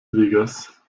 vegas